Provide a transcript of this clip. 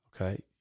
Okay